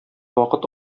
вакыт